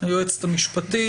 היועצת המשפטית,